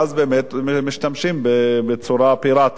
ואז באמת משתמשים בצורה פיראטית.